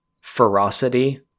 ferocity